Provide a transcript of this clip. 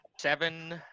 seven